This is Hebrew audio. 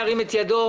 ירים את ידו.